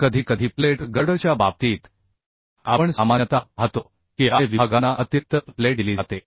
कधीकधी प्लेट गर्डरच्या बाबतीत आपण सामान्यतः पाहतो की I विभागांना अतिरिक्त प्लेट दिली जाते